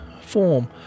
form